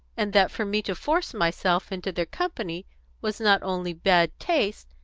and that for me to force myself into their company was not only bad taste,